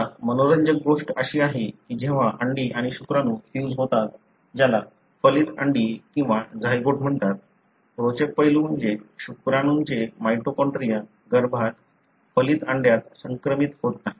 आता मनोरंजक गोष्ट अशी आहे की जेव्हा अंडी आणि शुक्राणू फ्यूज होतात ज्याला फलित अंडी किंवा झायगोट म्हणतात रोचक पैलू म्हणजे शुक्राणूंचे माइटोकॉन्ड्रिया गर्भात फलित अंड्यात संक्रमित होत नाही